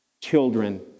children